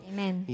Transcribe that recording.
Amen